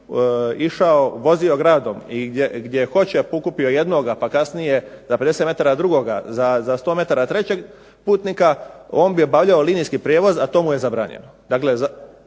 išao, vozio gradom i gdje hoće pokupio jednoga, pa kasnije na 50 m drugoga, za 100 m trećeg putnika on bi obavljao linijski prijevoz a to mu je zabranjeno.